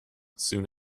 soon